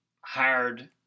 hired